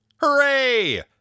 Hooray